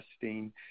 testing